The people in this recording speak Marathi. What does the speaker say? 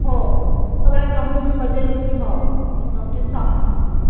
हो पहिल्या कंपनीमध्ये मी हो नोटीस टाकून देते